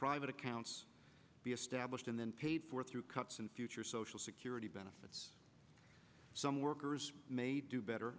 private accounts be established and then paid for through cuts in future social security benefits some workers may do better